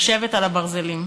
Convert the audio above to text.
לשבת על הברזלים.